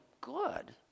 good